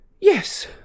Yes